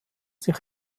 sich